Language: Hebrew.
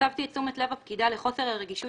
הסבתי את תשומת לב הפקידה לחוסר הרגישות